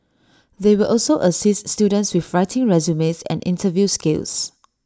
they will also assist students with writing resumes and interview skills